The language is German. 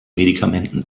medikamenten